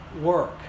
work